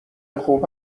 خوب